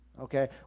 Okay